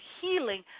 healing